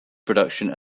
production